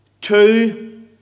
Two